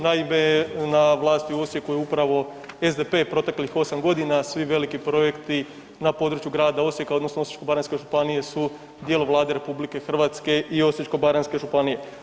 Naime, na vlasti u Osijeku je upravo SDP proteklih 8.g., svi veliki projekti na području grada Osijeka odnosno Osječko-baranjske županije su djelo Vlade RH i Osječko-baranjske županije.